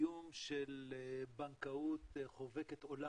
מהקיום של בנקאות חובקת עולם,